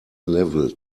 level